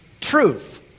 truth